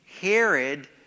Herod